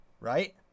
Right